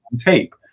tape